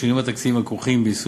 השינויים התקציבים הכרוכים ביישום